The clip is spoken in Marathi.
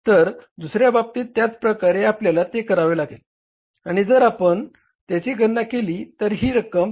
तर दुसर्या बाबतीत त्याच प्रकारे आपल्याला ते करावे लागेल आणि जर आपण त्याची गणना केली तर ही रक्कम 7